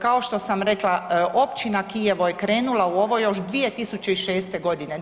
Kao što sam rekla općina Kijevo je krenula u ovo još 2006. godine.